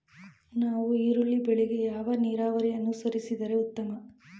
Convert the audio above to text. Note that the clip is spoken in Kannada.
ನಾವು ಈರುಳ್ಳಿ ಬೆಳೆಗೆ ಯಾವ ನೀರಾವರಿ ಅನುಸರಿಸಿದರೆ ಉತ್ತಮ?